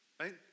right